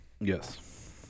Yes